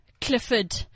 Clifford